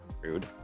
rude